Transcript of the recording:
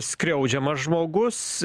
skriaudžiamas žmogus